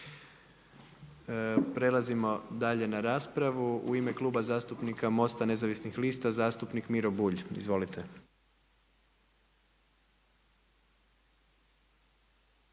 Prelazimo dalje na raspravu. U ime Kluba zastupnika MOST-a nezavisnih lista zastupnik Miro Bulj. Izvolite.